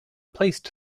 placed